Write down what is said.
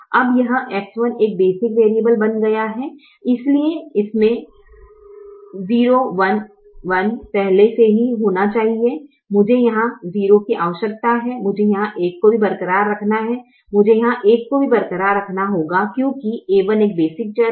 अब यह X1 एक बेसिक वैरिएबल बन गया है इसलिए इसमें 011 पहले से ही होना चाहिए मुझे यहाँ 0 की आवश्यकता है मुझे यहाँ 1 को भी बरकरार रखना है मुझे यहाँ 1 को भी बरकरार रखना होगा क्योंकि a1 एक बेसिक चर है